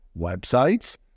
websites